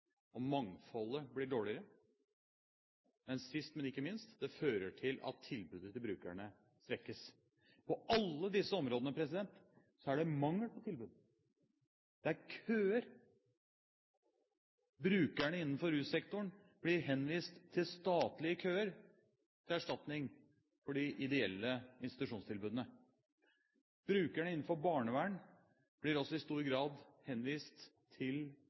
og mangfoldet blir dårligere. Og sist, men ikke minst: Det fører til at tilbudet til brukerne svekkes. På alle disse områdene er det mangel på tilbud. Det er køer. Brukerne innenfor russektoren blir henvist til statlige køer til erstatning for de ideelle institusjonstilbudene. Brukerne innenfor barnevern blir også i stor grad henvist til